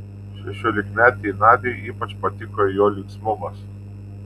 šešiolikmetei nadiai ypač patiko jo linksmumas